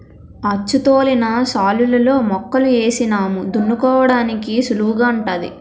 అచ్చుతోలిన శాలులలో మొక్కలు ఏసినాము దున్నుకోడానికి సుళువుగుంటాది